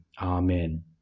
Amen